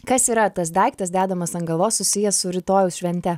kas yra tas daiktas dedamas ant galvos susijęs su rytojaus švente